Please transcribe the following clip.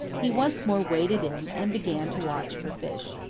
he once more waded in and began to watch for fish.